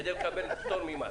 כדי לקבל פטור ממס.